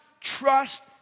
trust